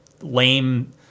lame